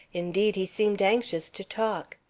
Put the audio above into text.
indeed, he seemed anxious to talk.